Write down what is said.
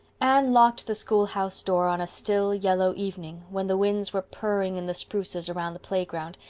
locked the schoolhouse door on a still, yellow evening, when the winds were purring in the spruces around the playground,